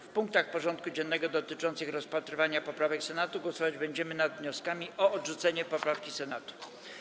W punktach porządku dziennego dotyczących rozpatrywania poprawek Senatu głosować będziemy nad wnioskami o odrzucenie poprawek Senatu.